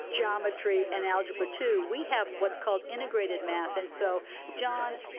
geometry and algebra two. we have what's called integrated math. and so john,